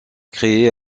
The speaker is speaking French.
créé